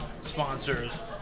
sponsors